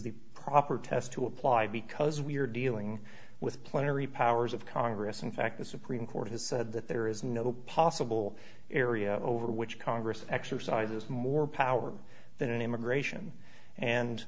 the proper test to apply because we're dealing with plenary powers of congress in fact the supreme court has said that there is no possible area over which congress exercises more power than immigration and